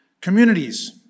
communities